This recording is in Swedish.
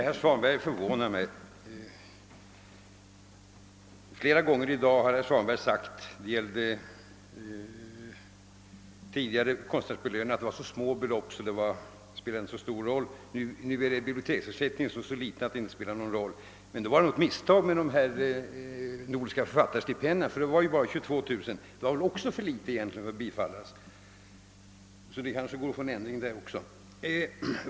Herr talman! Herr Svanberg förvånar mig. Han har sagt tidigare i dag att konstnärsbelöningarna var så små belopp att de inte spelade någon roll! Nu är det biblioteksersättningen som är så liten att den inte spelar någon roll. Då var det väl något misstag med de nordiska författarstipendierna på tillsammans 22 000 kronor. Det var väl egentligen också för liten summa för att bifallas, så det är kanske bäst att försöka få en ändring där också.